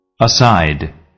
Aside